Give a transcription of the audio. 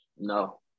No